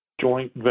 joint